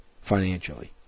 financially